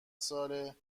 ساله